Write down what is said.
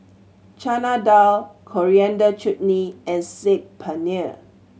Chana Dal Coriander Chutney and Saag Paneer